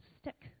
stick